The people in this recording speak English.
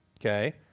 okay